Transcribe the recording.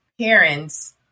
parents